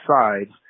sides